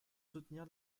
soutenir